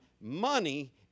money